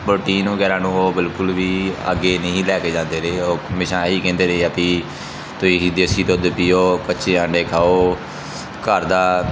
protein ਵਗੈਰਾ ਨੂੰ ਉਹ ਬਿਲਕੁਲ ਵੀ ਅੱਗੇ ਨਹੀਂ ਲੈ ਕੇ ਜਾਂਦੇ ਰਹੇ ਉਹ ਹਮੇਸ਼ਾ ਇਹ ਹੀ ਕਹਿੰਦੇ ਰਹੇ ਆ ਵੀ ਤੁਸੀਂ ਦੇਸੀ ਦੁੱਧ ਪੀਓ ਕੱਚੇ ਅੰਡੇ ਖਾਓ ਘਰ ਦਾ